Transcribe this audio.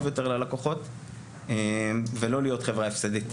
יותר ללקוחות ולא להיות חברה הפסדית.